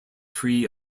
free